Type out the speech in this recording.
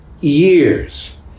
years